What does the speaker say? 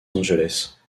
angeles